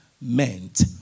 meant